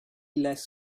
less